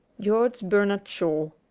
george bernard shaw